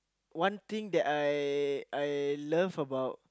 one thing that I I love